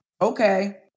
okay